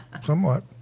Somewhat